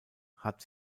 hat